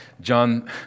John